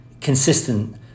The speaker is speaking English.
consistent